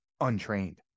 untrained